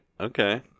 Okay